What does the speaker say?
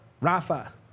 Rafa